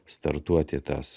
startuoti tas